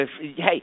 hey